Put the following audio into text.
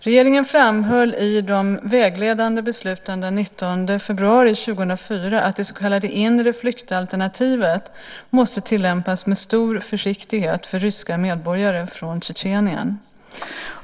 Regeringen framhöll i de vägledande besluten den 19 februari 2004 att det så kallade inre flyktalternativet måste tillämpas med stor försiktighet för ryska medborgare från Tjetjenien.